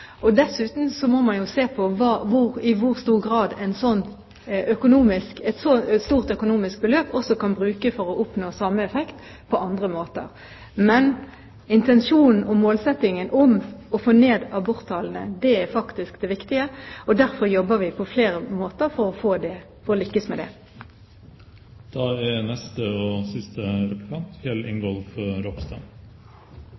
Dessuten må man jo se på om et så stort økonomisk beløp kan brukes for å oppnå samme effekt på andre måter. Men intensjonen og målsettingen om å få ned aborttallene er faktisk det viktige. Derfor jobber vi på flere måter for å lykkes med det. I førre periode blei det fremma eit liknande representantforslag, med